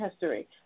history